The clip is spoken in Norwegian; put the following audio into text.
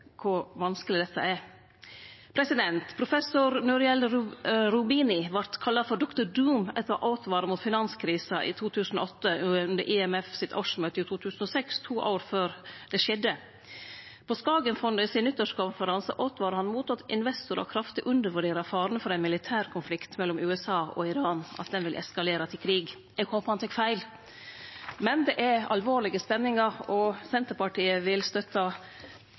kor vanskeleg dette er. Professor Nouriel Roubini vart kalla for Dr. Doom etter å ha åtvara mot finanskrisa i 2008 under årsmøtet til IMF i 2006, to år før det skjedde. På Skagenfondenes nyttårskonferanse åtvara han mot at investorar kraftig undervurderer faren for ein militærkonflikt mellom USA og Iran, at den vil eskalere til krig. Eg håper han tek feil. Men det er alvorlege spenningar, og Senterpartiet vil